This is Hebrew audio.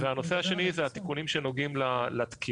והנושא השני זה התיקונים שנוגעים לתקינה,